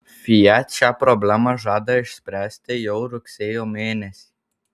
fiat šią problemą žada išspręsti jau rugsėjo mėnesį